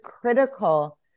critical